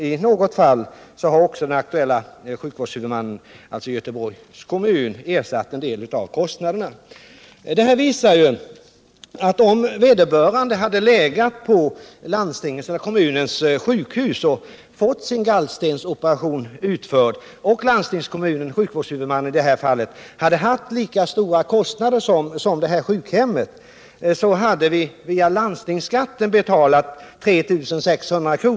I något fall har också den aktuella sjukvårdshuvudmannen, Göteborgs kommun, ersatt en del av kostnaderna. Det här visar ju att om vederbörande hade legat på kommunens sjukhus och fått sin gallstensoperation utförd där och sjukvårdshuvudmannen — landstingskommunen i det här fallet — hade haft lika stora kostnader som sjukhemmet, hade via landstingsskatten av de 3 800 kr.